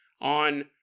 on